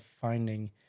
finding